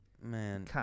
man